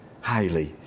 highly